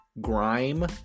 grime